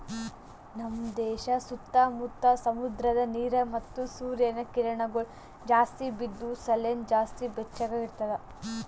ನಮ್ ದೇಶ ಸುತ್ತಾ ಮುತ್ತಾ ಸಮುದ್ರದ ನೀರ ಮತ್ತ ಸೂರ್ಯನ ಕಿರಣಗೊಳ್ ಜಾಸ್ತಿ ಬಿದ್ದು ಸಲೆಂದ್ ಜಾಸ್ತಿ ಬೆಚ್ಚಗ ಇರ್ತದ